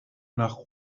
nach